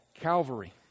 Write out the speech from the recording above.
Calvary